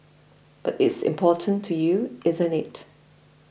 but it's important to you isn't it